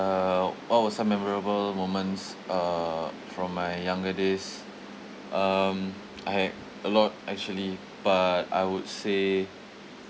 uh what were some memorable moments uh from my younger days um I had a lot actually but I would say